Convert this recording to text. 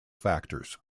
factors